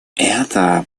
это